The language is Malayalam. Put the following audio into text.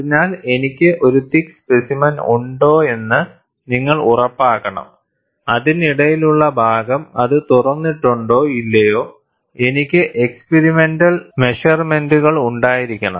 അതിനാൽ എനിക്ക് ഒരു തിക്ക് സ്പെസിമെൻ ഉണ്ടോയെന്ന് നിങ്ങൾ ഉറപ്പാക്കണം അതിനിടയിലുള്ള ഭാഗം അത് തുറന്നിട്ടുണ്ടോ ഇല്ലയോ എനിക്ക് എക്സ്പിരിമെന്റൽ മെഷർമെന്റുകൾ ഉണ്ടായിരിക്കണം